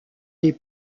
des